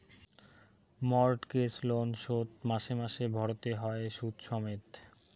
mortgage loan শোধ মাসে মাসে ভরতে হই শুধ সমেত